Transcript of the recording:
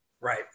Right